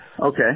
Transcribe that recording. Okay